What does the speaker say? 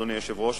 אדוני היושב-ראש,